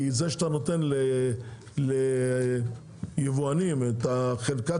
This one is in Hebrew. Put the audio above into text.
כי זה שאתה נותן ליבואנים את חלקת